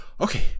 okay